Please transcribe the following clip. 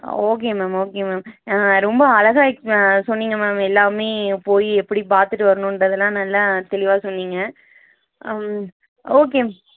okay ma'am okay ma'am ரொம்ப அழகா ஆ சொன்னிங்க மேம் எல்லாமே போய் எப்படி பார்த்துட்டு வரணும்ன்றதெல்லாம் நல்லா தெளிவாக சொன்னிங்க ஓகே